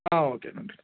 ஆ okay நன்றி